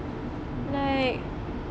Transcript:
like